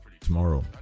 tomorrow